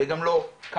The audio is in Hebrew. וגם לא קנביס,